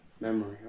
Memory